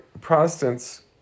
Protestants